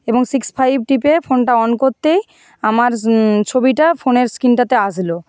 এবং six five টিপে ফোনটা অন করতেই আমার ছবিটা ফোনের স্ক্রিনটাতে আসলো